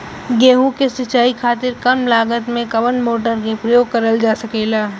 गेहूँ के सिचाई खातीर कम लागत मे कवन मोटर के प्रयोग करल जा सकेला?